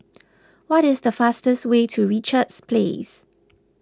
what is the fastest way to Richards Place